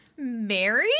Mary